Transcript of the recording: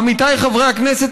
עמיתיי חברי הכנסת,